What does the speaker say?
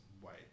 white